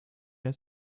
der